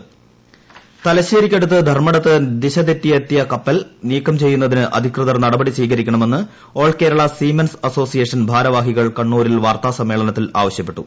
ദിശ തെറ്റിയ കപ്പൽ തലശ്ശേരിക്കടുത്ത് ധർമ്മടത്ത് ദിശതെറ്റി എത്തിയ കപ്പൽ നീക്കം ചെയ്യുന്നതിന് അധികൃതർ നടപടി സ്വീകരിക്കണമെന്ന് കേരള സീമെൻസ് അസോസിയേഷൻ ഭാരവാഹികൾ ആൾ കണ്ണൂരിൽ വാർത്താ സമ്മേളനത്തിൽ ആവശ്യപ്പെട്ടു